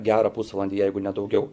gerą pusvalandį jeigu ne daugiau